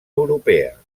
europea